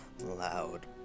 loud